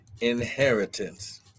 inheritance